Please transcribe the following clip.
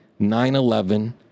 9-11